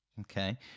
Okay